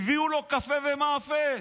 הביאו לו קפה ומאפה.